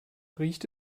riecht